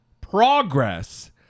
progress